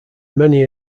many